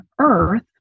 Earth